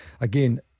Again